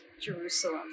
Jerusalem